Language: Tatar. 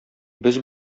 без